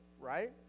right